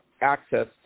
access